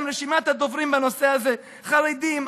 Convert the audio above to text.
גם רשימת הדוברים בנושא הזה חרדים,